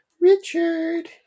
richard